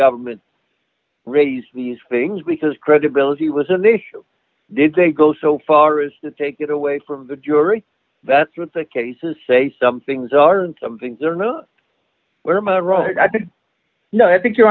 government raised these things because credibility was an issue did they go so far as to take it away from the jury that's with the cases say some things are some things are not where men are right i think no i think you're